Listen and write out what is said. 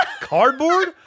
Cardboard